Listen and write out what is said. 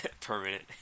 permanent